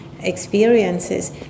experiences